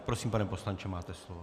Prosím, pane poslanče, máte slovo.